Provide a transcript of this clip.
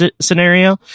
scenario